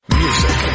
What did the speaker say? music